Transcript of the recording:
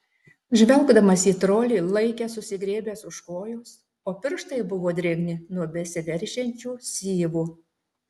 žvelgdamas į trolį laikė susigriebęs už kojos o pirštai buvo drėgni nuo besiveržiančių syvų